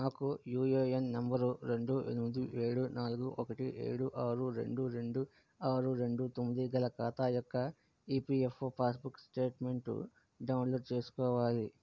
నాకు UAN number రెండు ఎనిమిది ఏడు నాలుగు ఒకటి ఏడు ఆరు రెండు రెండు ఆరు రెండు తొమ్మిది గల ఖాతా యొక్క ఈపిఎఫ్ఓ పాస్బుక్ స్టేట్మెంట్ డౌన్లోడ్ చేసుకోవాలి